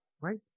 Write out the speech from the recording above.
right